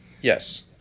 Yes